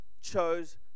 chose